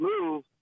move